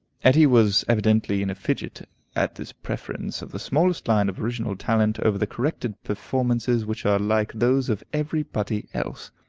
etty was evidently in a fidget at this preference of the smallest line of original talent over the corrected performances which are like those of every body else.